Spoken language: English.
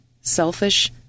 selfish